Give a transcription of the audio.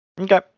Okay